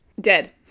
Dead